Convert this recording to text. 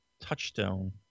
touchstone